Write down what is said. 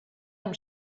amb